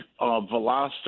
Veloster